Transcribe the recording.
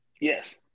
Yes